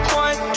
one